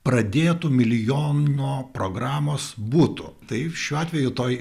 pradėtų milijono programos būtų taip šiuo atveju toj